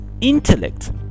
intellect